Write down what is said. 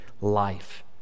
life